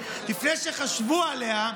לפני שחשבו עליה,